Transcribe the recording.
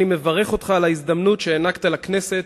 אני מברך אותך על ההזדמנות שהענקת לכנסת